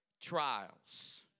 trials